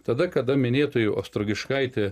tada kada minėtoji ostragiškaitė